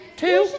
two